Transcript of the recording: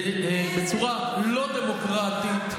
בצורה לא דמוקרטית,